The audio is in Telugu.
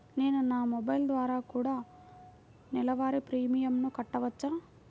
నేను నా మొబైల్ ద్వారా కూడ నెల వారి ప్రీమియంను కట్టావచ్చా?